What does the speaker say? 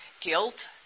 guilt